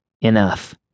Enough